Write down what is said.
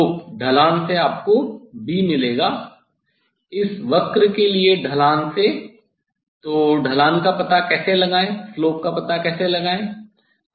और ढलान से आपको 'B' मिलेगा इस वक्र के ढलान से तो ढलान का पता कैसे लगाएं